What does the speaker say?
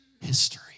history